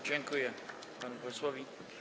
Dziękuję panu posłowi.